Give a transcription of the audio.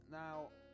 now